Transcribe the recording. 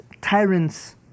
tyrants